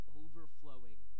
overflowing